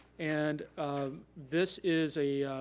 and this is a